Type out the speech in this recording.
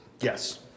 Yes